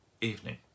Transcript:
evening